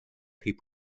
hip